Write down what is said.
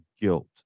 guilt